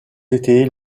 étaient